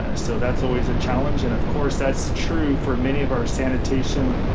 and so that's always a challenge. and of course that's true for many of our sanitation,